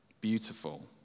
beautiful